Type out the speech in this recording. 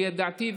לדעתי,